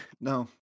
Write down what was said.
no